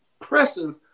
impressive